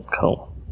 Cool